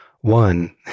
one